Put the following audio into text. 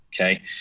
Okay